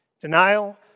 Denial